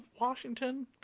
Washington